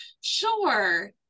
sure